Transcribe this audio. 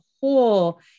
whole